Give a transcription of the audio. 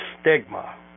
Stigma